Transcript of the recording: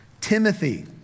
Timothy